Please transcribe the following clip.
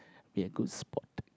be a good sport